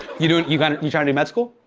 you doing you kind of you trying to do med school?